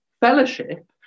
fellowship